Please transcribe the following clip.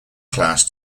class